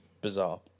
bizarre